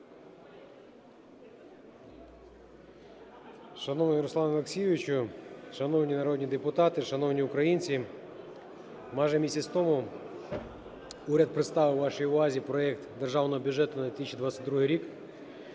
Шановний Руслан Олексійович! Шановні народні депутати! Шановні українці! Майже місяць тому уряд представив вашій увазі проект Державного бюджету на 2022 рік,